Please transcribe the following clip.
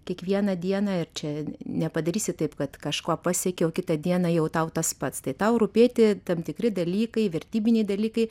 kiekvieną dieną ir čia nepadarysi taip kad kažko pasiekiau kitą dieną jau tau tas pats tai tau rūpėti tam tikri dalykai vertybiniai dalykai